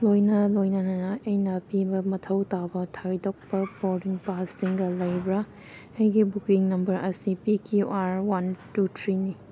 ꯂꯣꯏꯅ ꯂꯣꯏꯅꯅ ꯑꯩꯅ ꯄꯤꯕ ꯃꯊꯧ ꯇꯥꯕ ꯊꯣꯏꯗꯣꯛꯄ ꯕꯣꯔꯗꯤꯡ ꯄꯥꯁꯁꯤꯡꯒ ꯂꯩꯕ꯭ꯔꯥ ꯑꯩꯒꯤ ꯕꯨꯛꯀꯤꯡ ꯅꯝꯕꯔ ꯑꯁꯤ P Q R one two ꯊ꯭ꯔꯤꯅꯤ